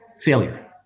failure